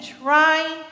trying